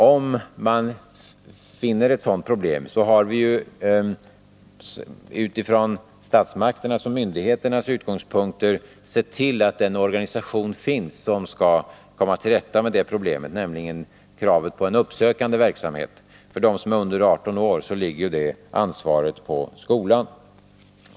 117 Statsmakterna och myndigheterna har sett till att det finns en organisation som kan komma till rätta med problemen, om man finner att det förekommer en dold arbetslöshet. Jag tänker på kravet på en uppsökande verksamhet. För dem som är under 18 år ligger det ansvaret på skolan.